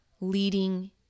leading